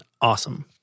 awesome